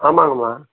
ஆமாம்ங்கம்மா